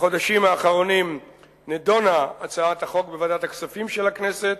בחודשים האחרונים נדונה הצעת החוק בוועדת הכספים של הכנסת,